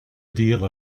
deal